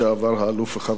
האלוף רחבעם זאבי,